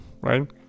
right